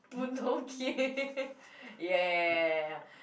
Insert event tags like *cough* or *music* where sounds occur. Boon-Tong-Kee *laughs* ya ya ya ya ya